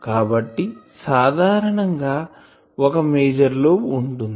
కాబట్టి సాధారణంగా ఒక మేజర్ లోబ్ ఉంటుంది